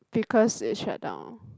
because it shut down